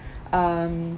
um